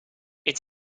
its